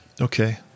Okay